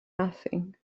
nothing